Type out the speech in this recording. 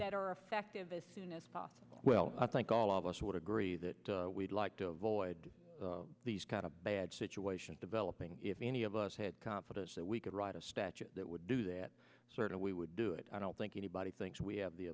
that are effective as soon as possible well i think all of us would agree that we'd like to avoid these kind of bad situation developing if any of us had confidence that we could write a statute that would do that sort of we would do it i don't think anybody thinks we have the